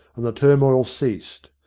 and the turmoil ceased.